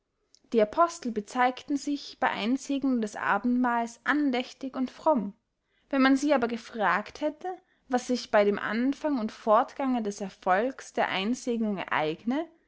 die apostel bezeigten sich bey einsegnung des abendmahls andächtig und fromm wenn man sie aber gefragt hätte was sich bey dem anfang und fortgange des erfolgs der einsegnung ereigne